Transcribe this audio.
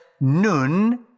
nun